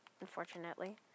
Unfortunately